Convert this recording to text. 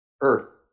earth